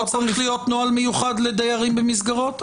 לא צריך להיות נוהל מיוחד לדיירים במסגרות?